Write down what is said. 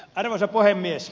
arvoisa puhemies